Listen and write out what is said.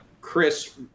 Chris